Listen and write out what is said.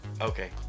Okay